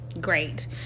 great